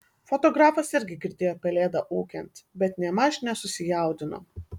fotografas irgi girdėjo pelėdą ūkiant bet nėmaž nesusijaudino